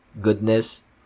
goodness